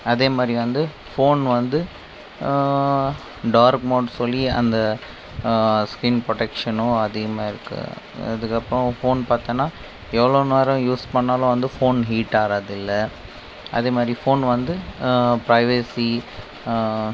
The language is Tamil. அதேமாதிரி வந்து ஃபோன் வந்து டார்க் மோடுன்னு சொல்லி அந்த ஸ்கின் ப்ரொடக்ஷனும் அதிகமாக இருக்குது அதுக்கு அப்புறம் ஃபோன் பார்த்தோம்னா எவ்வளோ நேரம் யூஸ் பண்ணாலும் வந்து ஃபோன் ஹீட்டாகிறதில்ல அதேமாதிரி ஃபோன் வந்து ப்ரைவசி